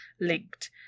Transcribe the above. linked